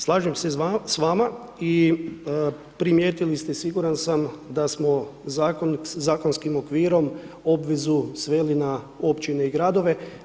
Slažem se s vama i primijetili ste, siguran sam, da smo zakonskim okvirom obvezu sveli na općine i gradove.